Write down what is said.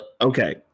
Okay